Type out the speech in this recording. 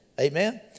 Amen